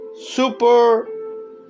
super